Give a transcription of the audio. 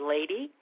Lady